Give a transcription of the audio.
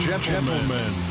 Gentlemen